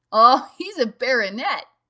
oh, he's a baronet,